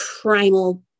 primal